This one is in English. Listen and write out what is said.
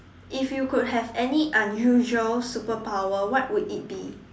if you could have any unusual superpower what would it be